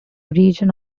region